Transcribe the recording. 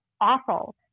awful